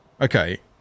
Okay